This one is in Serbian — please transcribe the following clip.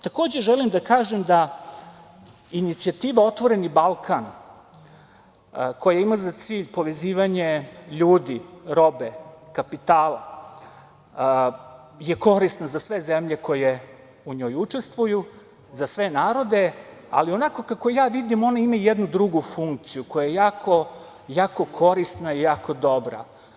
Takođe, želim da kažem da je inicijativa „Otvoreni Balkan“, koja ima za cilj povezivanje ljudi, robe, kapitala, korisna za sve zemlje koje u njoj učestvuju, za sve narode, ali onako kako ja vidim ona ima jednu drugu funkciju koja je jako korisna i jako dobra.